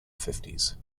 fifties